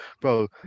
Bro